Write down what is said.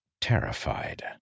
terrified